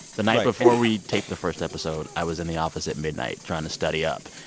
the night before we taped the first episode, i was in the office at midnight trying to study up,